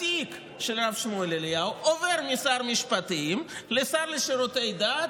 התיק של הרב שמואל אליהו עובר משר המשפטים לשר לשירותי דת,